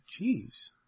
Jeez